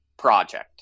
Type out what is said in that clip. project